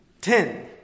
ten